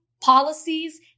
policies